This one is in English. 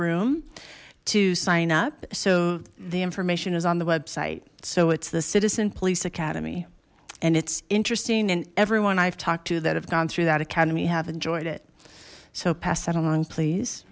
room to sign up so the information is on the website so it's the citizen police academy and it's interesting and everyone i've talked to that have gone through that academy have enjoyed it so pass that along please